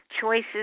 Choices